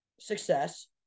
success